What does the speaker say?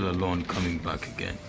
alone coming back again.